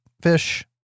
fish